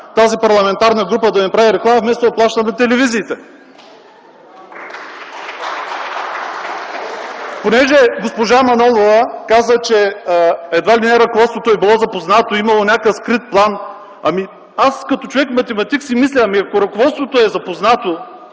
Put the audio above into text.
тази парламентарна група да ми прави реклама, вместо да плащам на телевизиите. (Ръкопляскания в ГЕРБ.) Госпожа Манолова каза, че едва ли не ръководството е било запознато, имало някакъв скрит план. Аз, като човек математик си мисля: ами, ако ръководството е запознато,